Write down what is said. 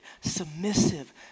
submissive